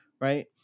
right